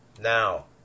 now